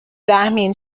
رحمین